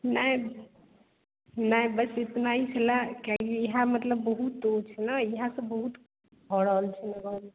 नहि नहि बस इतना ही छलए किएकि इएह मतलब बहुत ओ छै ने इएह सब बहुत भऽ रहल छै ने गाम मे